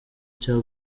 cya